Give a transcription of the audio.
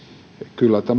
kyllä